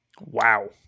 Wow